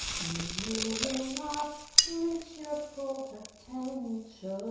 and you will not reach your full potential